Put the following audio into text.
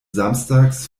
samstags